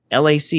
LAC